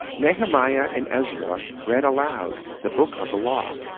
nehemiah and ezra read aloud, the book of the law,